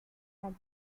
and